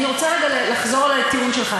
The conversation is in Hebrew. אני רוצה רגע לחזור לטיעון שלך.